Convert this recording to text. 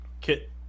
Kit